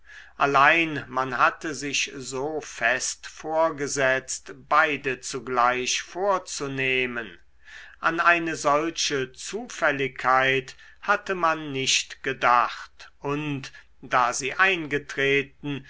allein man hatte sich so fest vorgesetzt beide zugleich vorzunehmen an eine solche zufälligkeit hatte man nicht gedacht und da sie eingetreten